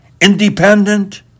Independent